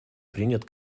принят